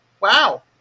wow